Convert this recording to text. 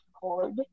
cord